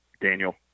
Daniel